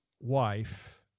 wife